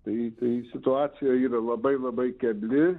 tai tai situacija yra labai labai kebli